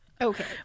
Okay